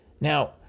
Now